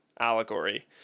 allegory